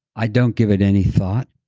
i don't give it any thought.